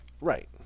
right